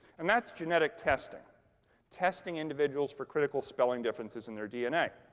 and that's genetic testing testing individuals for critical spelling differences in their dna.